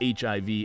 HIV